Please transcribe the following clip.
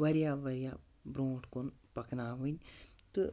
واریاہ واریاہ برونٛٹھ کُن پَکناوٕنۍ تہٕ